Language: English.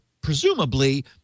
presumably